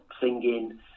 singing